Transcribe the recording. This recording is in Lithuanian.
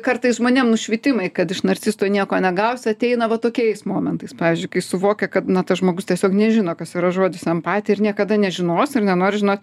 kartais žmonėm nušvitimai kad iš narcisto nieko negausi ateina va tokiais momentais pavyzdžiui kai suvokia kad na tas žmogus tiesiog nežino kas yra žodis empatija ir niekada nežinos ir nenori žinot